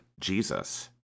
Jesus